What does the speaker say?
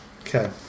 Okay